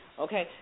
Okay